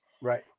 Right